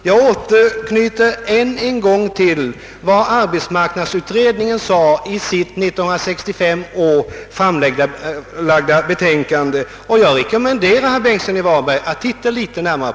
Jag vill än en gång erinra om vad arbetsmarknadsutredningen skrev i sitt år 1965 framlagda betänkande, och jag rekommenderar herr Bengtsson i Varberg att studera det litet närmare.